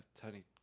Tony